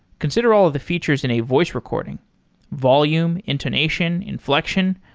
consider all of the features in a voice recording volume, intonation, inflection,